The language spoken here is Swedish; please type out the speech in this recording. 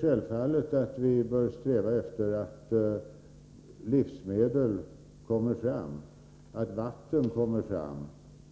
Självfallet bör vi sträva efter att livsmedel kommer fram, att vatten